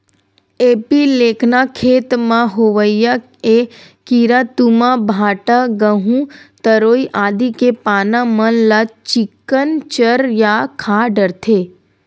एपीलेकना खेत म होवइया ऐ कीरा तुमा, भांटा, गहूँ, तरोई आदि के पाना मन ल चिक्कन चर या खा डरथे